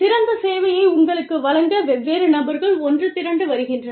சிறந்த சேவையை உங்களுக்கு வழங்க வெவ்வேறு நபர்கள் ஒன்று திரண்டு வருகின்றனர்